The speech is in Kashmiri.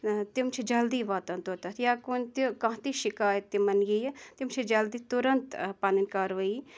تِم چھِ جلدی واتان توٚتَتھ یا کُنہِ تہِ کانٛہہ تہِ شکایت تِمَن یِیہِ تِم چھِ جلدی تُرنٛت پَنٕنۍ کاروٲیی